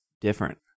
different